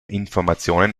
informationen